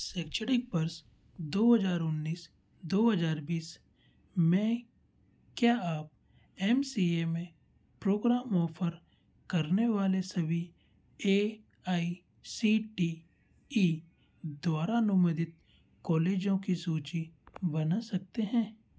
शैक्षणिक वर्ष दो हज़ार उन्नीस दो हज़ार बीस में क्या आप एम सी ए में प्रोग्राम ऑफ़र करने वाले सभी A I C T E द्वारा अनुमोदित कॉलेजों की सूची बना सकते हैं